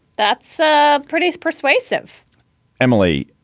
that's ah pretty persuasive emily,